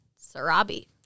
Sarabi